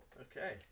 okay